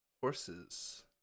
Horses